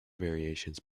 variations